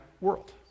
world